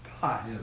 God